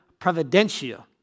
providentia